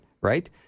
right